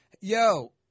yo